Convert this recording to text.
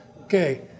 okay